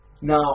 Now